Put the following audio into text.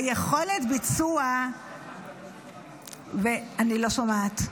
ויכולת ביצוע --- מה עמדת הממשלה על החוק?